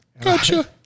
Gotcha